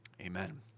Amen